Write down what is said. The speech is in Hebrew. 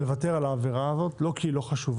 לוותר על העבירה הזאת, לא כי היא לא חשובה